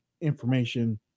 information